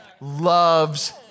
loves